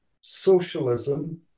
socialism